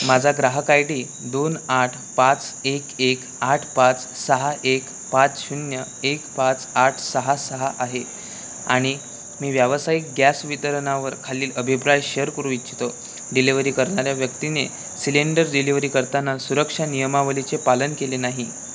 माझा ग्राहक I D दोन आठ पाच एक एक आठ पाच सहा एक पाच शून्य एक पाच आठ सहा सहा आहे आणि मी व्यावसायिक गॅस वितरणावर खालील अभिप्राय शेअर करू इच्छितो डिलिव्हरी करणाऱ्या व्यक्तीने सिलेंडर डिलिव्हरी करताना सुरक्षा नियमावलीचे पालन केले नाही